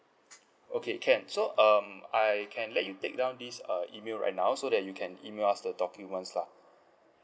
okay can so um I can let you take down this uh email right now so that you can email us the documents lah